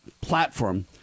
platform